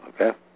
Okay